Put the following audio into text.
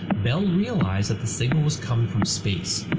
bell realize that the signal was coming from space!